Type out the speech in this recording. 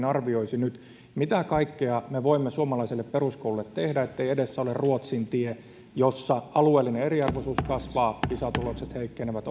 arvioisi nyt mitä kaikkea me voimme suomalaiselle peruskoululle tehdä ettei edessä ole ruotsin tie missä alueellinen eriarvoisuus kasvaa pisa tulokset heikkenevät